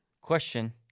question